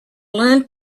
learn